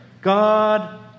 God